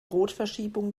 rotverschiebung